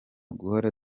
guhora